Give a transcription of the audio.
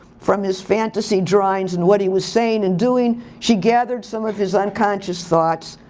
from his fantasy drawings and what he was saying and doing, she gathered some of his unconscious thoughts,